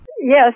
Yes